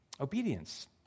Obedience